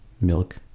milk